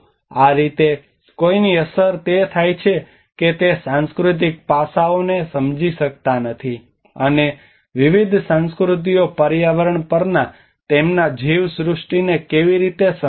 આ રીતે કોઈની અસર તે થાય છે કે તે સાંસ્કૃતિક પાસાઓને સમજી શકતા નથી અને વિવિધ સંસ્કૃતિઓ પર્યાવરણ પરના તેમના જીવસૃષ્ટિને કેવી રીતે સમજે છે